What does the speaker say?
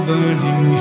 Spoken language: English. Burning